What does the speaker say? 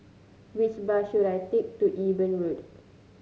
which bus should I take to Eben Road